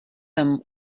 them